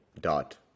dot